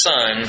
Son